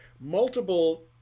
multiple